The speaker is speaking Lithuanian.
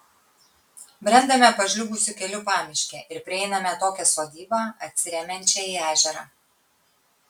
brendame pažliugusiu keliu pamiške ir prieiname atokią sodybą atsiremiančią į ežerą